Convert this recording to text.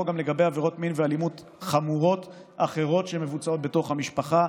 גם לגבי עבירות מין ואלימות חמורות אחרות שמבוצעות בתוך המשפחה.